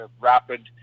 rapid –